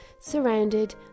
surrounded